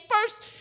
first